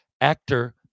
actor